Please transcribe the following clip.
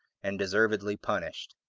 and deservedly punished.